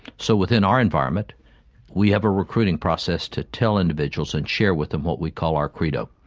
so within our environment we have a recruiting process to tell individuals and share with them what we call our credo,